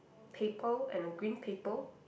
paper and a green paper